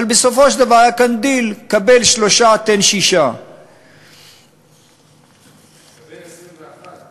אבל בסופו של דבר היה כאן דיל: קבל 3 תן 6. קבל 21,